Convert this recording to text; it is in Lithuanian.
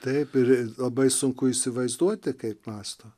taip ir labai sunku įsivaizduoti kaip mąsto